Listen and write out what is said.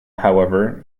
however